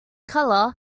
color